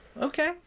okay